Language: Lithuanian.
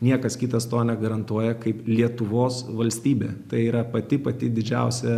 niekas kitas to negarantuoja kaip lietuvos valstybė tai yra pati pati didžiausia